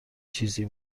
چیزی